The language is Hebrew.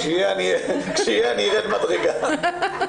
כשיהיה אני ארד מדרגה.